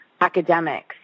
academics